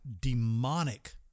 demonic